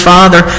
Father